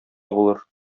булыр